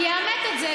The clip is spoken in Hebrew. יאמת את זה,